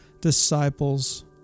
disciples